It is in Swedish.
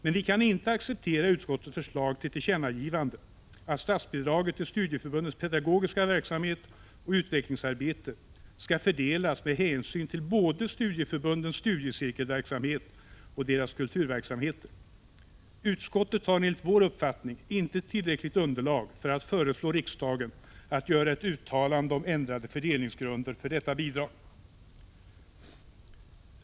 Men vi kan inte acceptera utskottets förslag till tillkännagivande, att statsbidraget till studieförbundens pedagogiska verksamhet och utvecklingsarbete skall fördelas med hänsyn till både studieförbundens studiecirkelverksamhet och deras kulturverksamheter. Utskottet har enligt vår uppfattning inte tillräckligt underlag för att föreslå riksdagen att göra ett uttalande om ändrade fördelningsgrunder för detta bidrag.